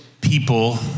people